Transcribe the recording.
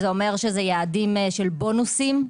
יעדי בונוסים,